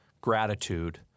gratitude